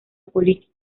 político